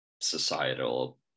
societal